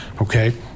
Okay